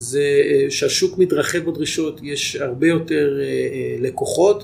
זה שהשוק מתרחב בדרישות יש הרבה יותר לקוחות